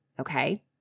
okay